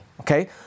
Okay